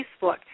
Facebook